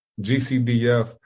GCDF